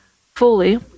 fully